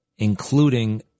including